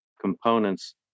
components